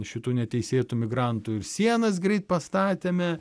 šitų neteisėtų migrantų ir sienas greit pastatėme